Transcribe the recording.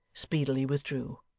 speedily withdrew.